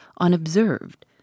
unobserved